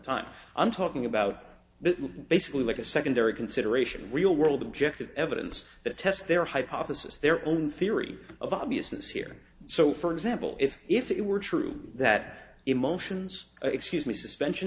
time i'm talking about the basically like a secondary consideration real world objective evidence that test their hypothesis their own theory of obviousness here so for example if if it were true that emotions excuse me suspension